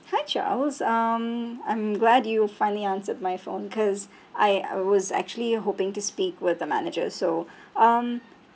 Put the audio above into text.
hi charles um I'm glad you finally answered my phone cause I I was actually hoping to speak with the manager so um